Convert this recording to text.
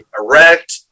erect